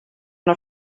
una